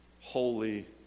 holy